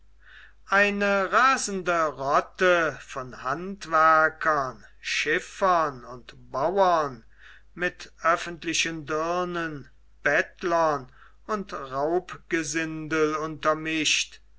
eine rasende rotte von handwerkern schiffern und bauern mit öffentlichen dirnen bettlern und raubgesindel untermischt